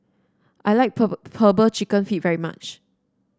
I like herbal chicken feet very much